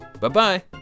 Bye-bye